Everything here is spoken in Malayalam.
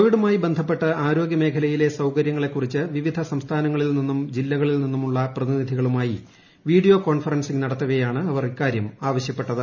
കോവിഡുമായി ബന്ധപ്പെട്ട് ആരോഗ്യമേഖലയിലെ സൌകര്യങ്ങളെ കുറിച്ച് വിവിധ സംസ്ഥാനങ്ങളിൽ നിന്നും ജില്ലകളിൽ നിന്നുമുള്ള പ്രതിനിധികളുമായി വീഡിയോ കോൺഫറൻസിംഗ് നടത്തവെയാണ് അവർ ഇക്കാര്യം ആവശ്യപ്പെട്ടത്